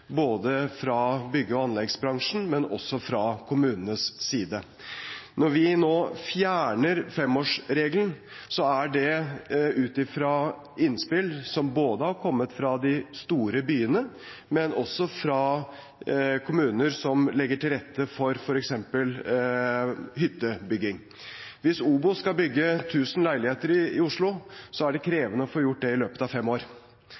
både fra de store byene og fra kommuner som legger til rette for f.eks. hyttebygging. Hvis OBOS skal bygge 1 000 leiligheter i Oslo, er det krevende å få gjort det i løpet av fem år.